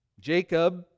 Jacob